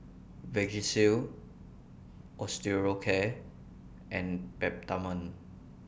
Vagisil Osteocare and Peptamen